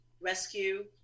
rescue